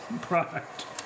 product